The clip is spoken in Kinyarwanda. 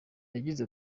yagize